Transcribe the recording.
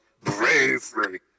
bravery